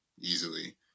Easily